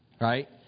right